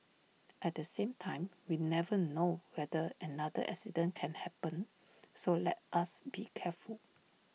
at the same time we never know whether another accident can happen so let us be careful